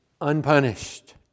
unpunished